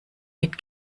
mit